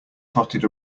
trotted